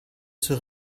zur